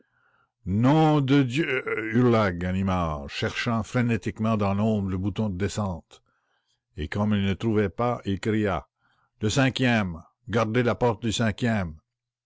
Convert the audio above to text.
nom de d hurla ganimard cherchant frénétiquement dans l'ombre le bouton de descente et comme il ne le trouva pas il cria le cinquième gardez la porte du cinquième